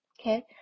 okay